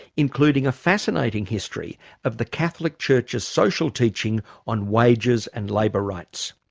including a fascinating history of the catholic church's social teaching on wages and labour rights.